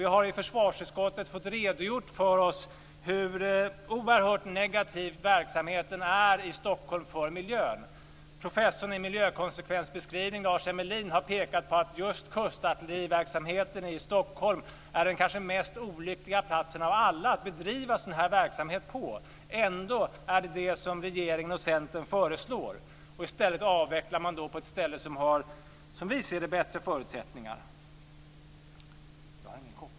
Vi har i försvarsutskottet fått redogjort för oss hur oerhört negativ verksamheten i Stockholm är för miljön. Professorn i miljökonsekvensbedömning, Lars Emmelin, har pekat på att just Stockholm är den kanske mest olyckliga plats av alla att bedriva kustartilleriverksamhet på. Ändå är det detta som regeringen och Centern föreslår. I stället avvecklar man då på ett ställe som har, som vi ser det, bättre förutsättningar.